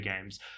games